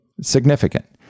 Significant